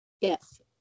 Yes